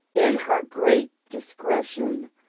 in her great discretion,